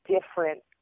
different